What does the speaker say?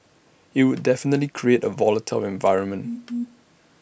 IT would definitely create A volatile environment